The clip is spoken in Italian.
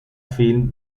film